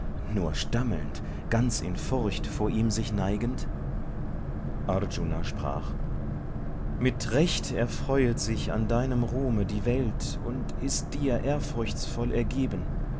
nur stammelnd ganz in furcht vor ihm sich neigend arjuna sprach mit recht erfreuet sich an deinem ruhme die welt und ist dir ehrfurchtsvoll ergeben